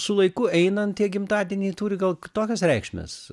su laiku einant tie gimtadieniai turi gal kitokias reikšmes